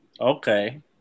Okay